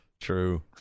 True